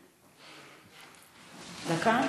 בבקשה.